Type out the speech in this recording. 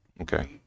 okay